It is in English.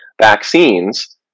vaccines